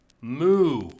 Moo